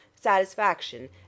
satisfaction